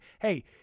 hey